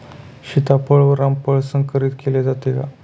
सीताफळ व रामफळ संकरित केले जाते का?